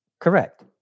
correct